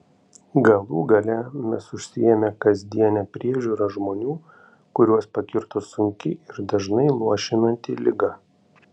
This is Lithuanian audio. galų gale mes užsiėmę kasdiene priežiūra žmonių kuriuos pakirto sunki ir dažnai luošinanti liga